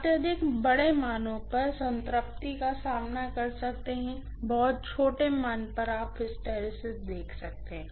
अत्यधिक बड़े मानों पर आप संतृप्ति का सामना कर सकते हैं बहुत छोटे मूल्य पर आप हिस्टैरिसीस देख सकते हैं